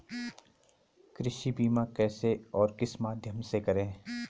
कृषि बीमा कैसे और किस माध्यम से करें?